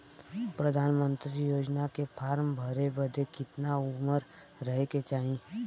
प्रधानमंत्री योजना के फॉर्म भरे बदे कितना उमर रहे के चाही?